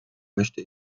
möchte